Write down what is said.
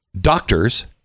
Doctors